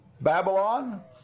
Babylon